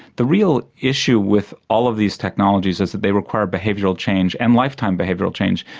the real issue with all of these technologies is that they require behavioural change and lifetime behavioural change.